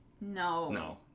No